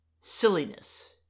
silliness